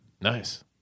Nice